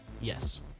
Yes